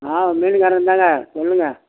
ஆ மீன்க்காரன்தாங்க சொல்லுங்க